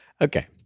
Okay